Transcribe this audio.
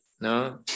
no